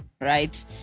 right